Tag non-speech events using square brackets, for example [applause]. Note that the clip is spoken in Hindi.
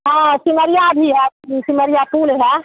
हाँ सिमरिया भी है सिमरिया [unintelligible] पुल है